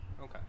Okay